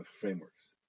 frameworks